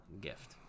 gift